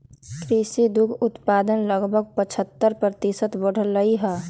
कृषि दुग्ध उत्पादन लगभग पचहत्तर प्रतिशत बढ़ लय है